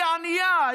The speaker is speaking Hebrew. היא ענייה,